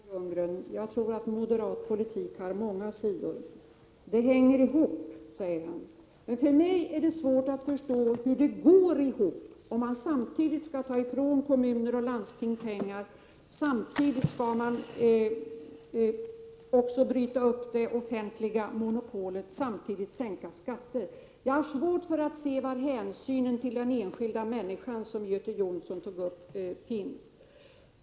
Herr talman! Moderat politik har två sidor, säger Bo Lundgren. Jag tror att moderat politik har många sidor. Den hänger ihop, säger Bo Lundgren vidare. För mig är det svårt att förstå hur det går ihop att ta ifrån kommuner och landsting pengar och bryta upp det offentliga monopolet och samtidigt sänka skatterna. Jag har svårt att se var hänsynen till den enskilda människan, som Göte Jonsson tog upp, finns.